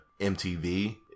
MTV